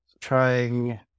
trying